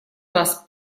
вас